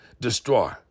destroy